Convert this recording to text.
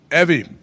Evie